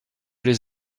les